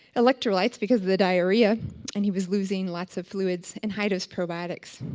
electrolytes because of the diarrhea and he was losing lots of fluids and high-dose probiotics.